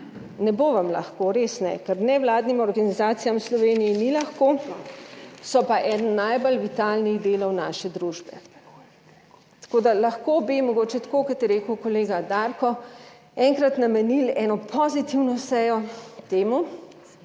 Ne bo vam lahko, res ne, ker nevladnim organizacijam v Sloveniji ni lahko, so pa eden najbolj vitalnih delov naše družbe. Tako da, lahko bi mogoče tako kot je rekel kolega Darko, enkrat namenili eno pozitivno sejo temu,